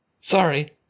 Sorry